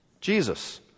Jesus